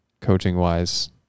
coaching-wise